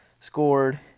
scored